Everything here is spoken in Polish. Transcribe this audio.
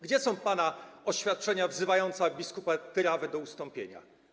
Gdzie są pana oświadczenia wzywające bp. Tyrawę do ustąpienia?